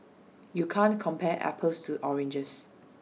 you can't compare apples to oranges